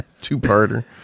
Two-parter